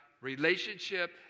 relationship